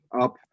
up